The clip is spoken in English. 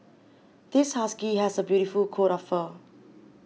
this husky has a beautiful coat of fur